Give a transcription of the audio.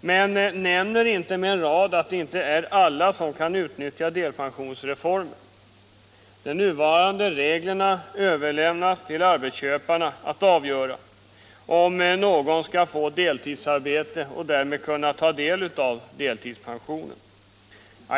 men nämner inte med en rad att det inte är alla som kan utnyttja delpensionsreformen. De nuvarande reglerna överlämnar till arbetsköparna att avgöra om några skall få deltidsarbete och därmed kunna få delpension.